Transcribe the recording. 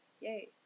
Yay